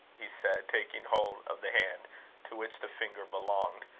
he said, taking hold of the hand to which the finger belonged,